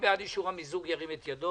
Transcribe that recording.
מכירים את המשפחות